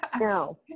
No